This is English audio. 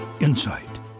insight